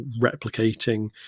replicating